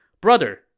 Brother